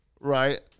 right